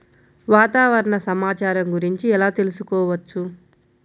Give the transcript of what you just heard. వాతావరణ సమాచారం గురించి ఎలా తెలుసుకోవచ్చు?